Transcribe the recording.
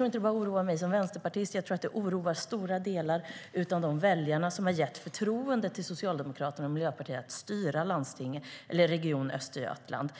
inte bara mig som vänsterpartist, utan jag tror att det oroar stora delar av de väljare som har gett förtroende till Socialdemokraterna och Miljöpartiet att styra Region Östergötland.